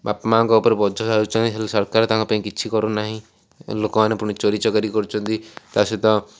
ବାପା ମାଙ୍କ ଉପରେ ବୋଝ ସାଜୁଛନ୍ତି ହେଲେ ସରକାର ତାଙ୍କ ପାଇଁ କିଛି କରୁନାହିଁ ଲୋକମାନେ ପୁଣି ଚୋରି ଚକାରୀ କରୁଛନ୍ତି ତା ସହିତ